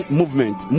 movement